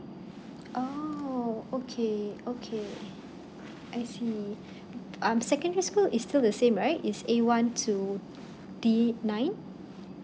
oh okay okay I see okay um secondary school is still the same right is A one to D nine